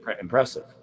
impressive